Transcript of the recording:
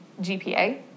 GPA